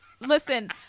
Listen